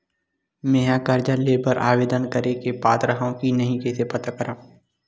मेंहा कर्जा ले बर आवेदन करे के पात्र हव की नहीं कइसे पता करव?